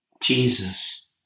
Jesus